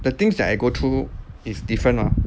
the things that I go through is different lah